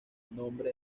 nombre